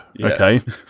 Okay